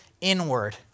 inward